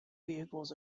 vehicles